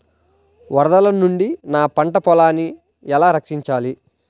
వరదల నుండి నా పంట పొలాలని ఎలా రక్షించాలి?